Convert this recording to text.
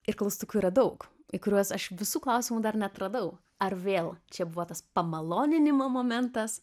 ir klaustukų yra daug į kuriuos aš visų klausimų dar neatradau ar vėl čia buvo tas pamaloninimo momentas